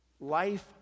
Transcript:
life